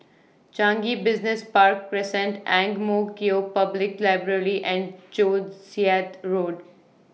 Changi Business Park Crescent Ang Mo Kio Public Library and Joo Chiat Road